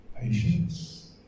patience